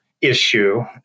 issue